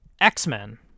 X-Men